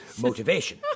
motivation